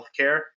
healthcare